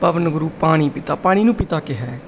ਪਵਨ ਗੁਰੂ ਪਾਣੀ ਪਿਤਾ ਪਾਣੀ ਨੂੰ ਪਿਤਾ ਕਿਹਾ